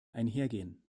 einhergehen